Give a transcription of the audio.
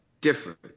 different